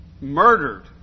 murdered